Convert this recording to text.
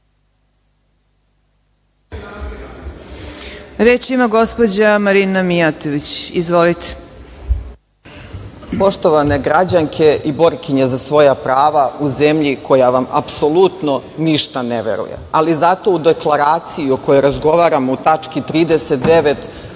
Reč ima gospođa Marina Mijatović. Izvolite. **Marina Mijatović** Poštovane građanke i borkinje za svoja prava u zemlji koja vam apsolutno ništa ne veruje, ali zato u deklaraciji o kojoj razgovaramo u tački 39.